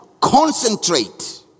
concentrate